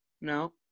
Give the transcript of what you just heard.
No